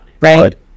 right